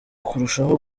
kurushaho